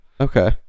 Okay